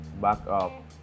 backup